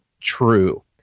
true